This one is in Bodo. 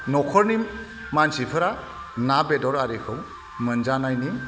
न'खरनि मानसिफोरा ना बेदर आरिखौ मोनजानायनि